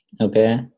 Okay